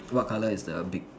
so what colour is the beak